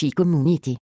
community